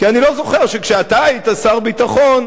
כי אני לא זוכר שכשאתה היית שר ביטחון,